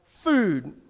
food